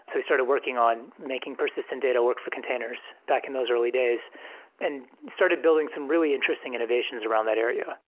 so we started working on making persis tent data work for containers back in those early days and started building some really interesting innovations around that area.